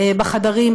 בחדרים,